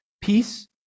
peace